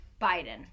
biden